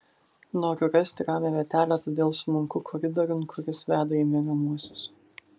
noriu rasti ramią vietelę todėl smunku koridoriun kuris veda į miegamuosius